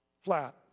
Flat